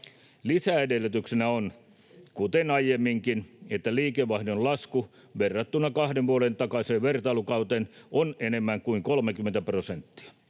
aiemminkin, että liikevaihdon lasku verrattuna kahden vuoden takaiseen vertailukauteen on enemmän kuin 30 prosenttia.